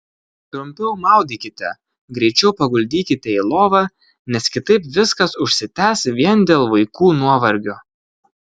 trumpiau maudykite greičiau paguldykite į lovą nes kitaip viskas užsitęs vien dėl vaikų nuovargio